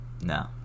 No